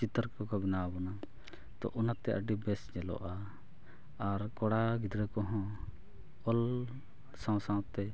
ᱪᱤᱛᱟᱹᱨ ᱠᱚᱠᱚ ᱵᱮᱱᱟᱣ ᱟᱵᱚᱱᱟ ᱛᱚ ᱚᱱᱟᱛᱮ ᱟ ᱰᱤᱵᱮᱥ ᱧᱮᱞᱚᱜᱼᱟ ᱟᱨ ᱠᱚᱲᱟ ᱜᱤᱫᱽᱨᱟᱹ ᱠᱚᱦᱚᱸ ᱚᱞ ᱥᱟᱶ ᱥᱟᱶᱛᱮ